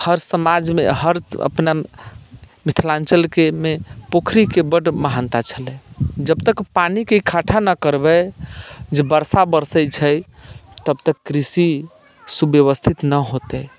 हर समाजमे हर अपना मिथिलाञ्चलके मे पोखरिके बड्ड महानता छलै जब तक पानिके इकठ्ठा नहि करबै जे वर्षा बरसैत छै तब तक कृषि सुव्यवस्थित नहि हौते